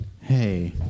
hey